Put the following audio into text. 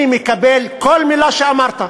אני מקבל כל מילה שאמרת.